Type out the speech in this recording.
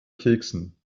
keksen